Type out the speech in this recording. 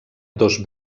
dos